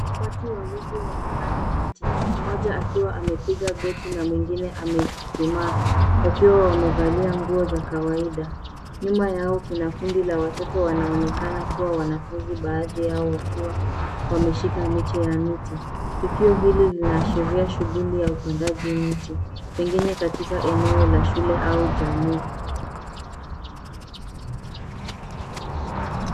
Watu wawili wana panda miti mmoja akiwa amepiga goti na mwingine amechuchumaa wakiwa wamevalia nguo za kawaida. Nyuma yao kuna kundi la watoto wanaonekana kuwa wanafunzi baadhi yao wakiwa wameshika miche ya miti. Tukio hili lina ashiria shughuli ya upandaji miti pengine katika eneo la shule au jamii.